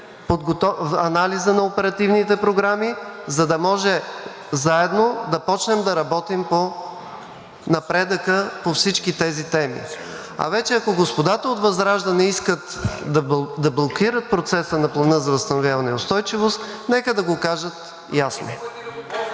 анализът на оперативните програми, за да може заедно да започнем да работим по напредъка по всички тези теми. А вече ако господата от ВЪЗРАЖДАНЕ искат да блокират процеса на Плана за възстановяване и устойчивост, нека да го кажат ясно.